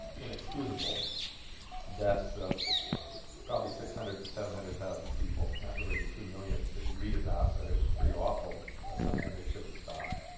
inexcusable death's of probably six hundred to seven hundred thousand people not really the two million that you read about but it was pretty awful something they should have stopped